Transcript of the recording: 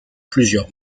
plusieurs